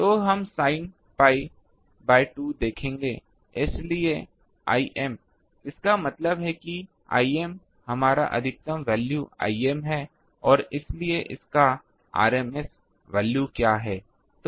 तो हम sine pi by 2 देखेंगे इसलिए lm इसका मतलब है कि Im हमारा अधिकतम वैल्यू Im है और इसलिए इसका rms वैल्यू क्या है